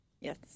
Yes